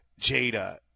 Jada